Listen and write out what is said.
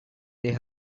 they